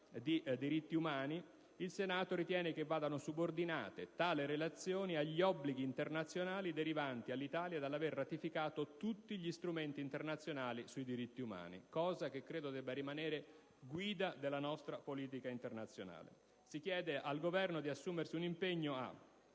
i diritti umani), il Senato ritiene che vadano subordinate «tali relazioni agli obblighi internazionali derivanti all'Italia dall'aver ratificato tutti gli strumenti internazionali sui diritti umani» (un principio, questo, che credo debba rimanere guida della nostra politica internazionale), si chiede al Governo di assumere un impegno «a